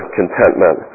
contentment